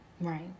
right